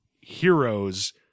heroes